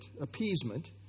appeasement